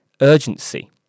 urgency